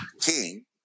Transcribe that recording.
king